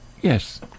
Yes